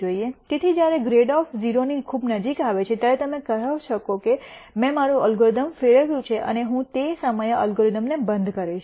તેથી જ્યારે grad F 0 ની ખૂબ નજીક આવે છે ત્યારે તમે કહો શકો છો કે મેં મારું એલ્ગોરિધમ ફેરવ્યું છે અને હું તે સમયે અલ્ગોરિધમનો બંધ કરીશ